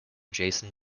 jason